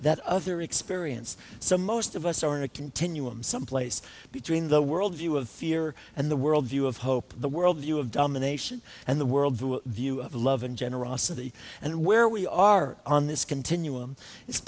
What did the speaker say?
that other experience so most of us are in a continuum someplace between the worldview of fear and the world view of hope the world view of domination and the world view of love and and generosity where we are on this continuum it's